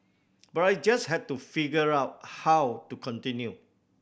but I just had to figure out how to continue